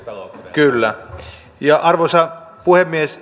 kyllä arvoisa puhemies